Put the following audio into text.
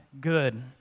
good